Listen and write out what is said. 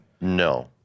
No